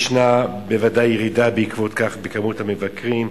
ישנה בוודאי ירידה, בעקבות זה, במספר המבקרים.